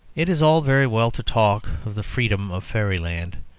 it is all very well to talk of the freedom of fairyland,